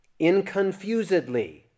inconfusedly